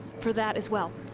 for that as well.